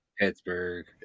Pittsburgh